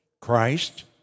Christ